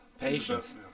Patience